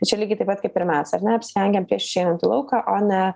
tai čia lygiai taip pat kaip ir mes ar ne apsirengiam prieš išeinant į lauką o ne